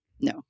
no